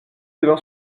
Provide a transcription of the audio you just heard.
devant